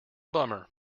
bummer